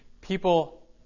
people